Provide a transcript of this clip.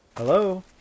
Hello